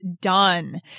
done